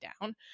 down